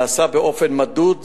נעשה באופן מדוד,